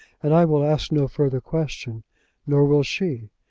and i will ask no further question nor will she.